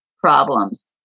problems